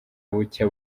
bucya